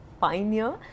pioneer